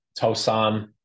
Tosan